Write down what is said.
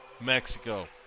Mexico